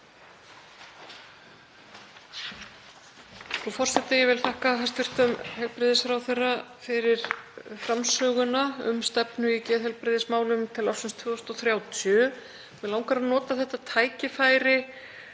Frú forseti. Ég vil þakka hæstv. heilbrigðisráðherra fyrir framsöguna um stefnu í geðheilbrigðismálum til ársins 2030. Mig langar að nota þetta tækifæri